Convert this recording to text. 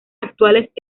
actuales